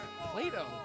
Plato